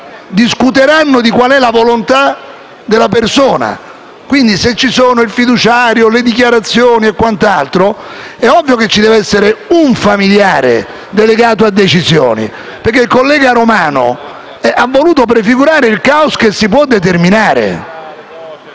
discuteranno di qual è la volontà della persona. Quindi, se ci sono il fiduciario, le dichiarazioni e quant'altro, è ovvio che ci deve essere un familiare delegato alle decisioni. Il collega Romano ha voluto prefigurare il caos che si può determinare.